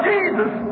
Jesus